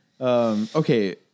Okay